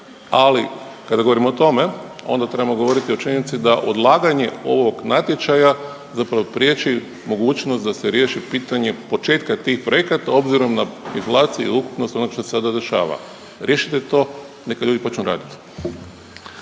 ali kada govorimo o tome onda trebamo govoriti i o činjenici da odlaganje ovog natječaja zapravo priječi mogućnost da se riješi pitanje početka tih projekata obzirom na inflaciju i ukupnost onog što se sada dešava. Riješite to, neka ljudi počnu raditi.